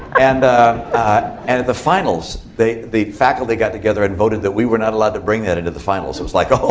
and ah and at the finals, the faculty got together and voted that we were not allowed to bring that into the finals. it was like, oh,